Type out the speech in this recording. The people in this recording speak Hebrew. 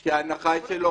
כי הרשעות כל אחד יכול לקבל.